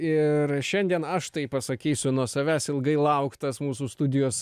ir šiandien aš tai pasakysiu nuo savęs ilgai lauktas mūsų studijos